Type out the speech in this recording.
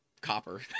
copper